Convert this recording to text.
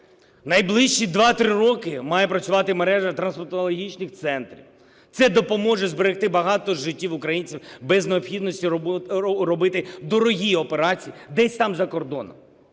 Найближчі 2-3 роки має працювати мережа трансплантологічних центрів, це допоможе зберегти багато життів українців без необхідності робити дорогі операції десь там за кордоном.